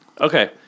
Okay